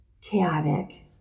chaotic